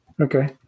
Okay